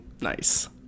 Nice